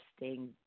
interesting